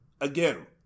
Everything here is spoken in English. again